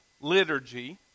liturgy